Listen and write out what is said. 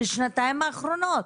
בשנתיים האחרונות?